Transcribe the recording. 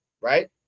Right